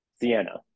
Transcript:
Sienna